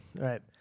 Right